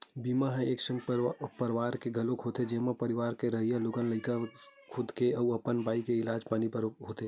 बीमा ह एक संग परवार के घलोक होथे जेमा परवार म रहइया लोग लइका के संग खुद के अउ अपन बाई के इलाज पानी बर होथे